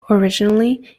originally